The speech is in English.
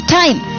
time